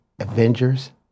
Avengers